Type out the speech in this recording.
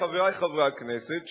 חברי חברי הכנסת,